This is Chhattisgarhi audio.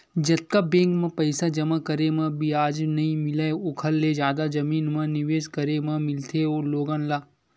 जतका बेंक म पइसा जमा करे म बियाज नइ मिलय ओखर ले जादा जमीन म निवेस करे म मिलथे लोगन ल